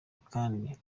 kandi